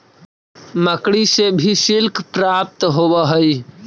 मकड़ि से भी सिल्क प्राप्त होवऽ हई